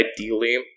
ideally